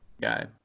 guy